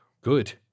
Good